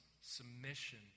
submission